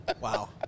Wow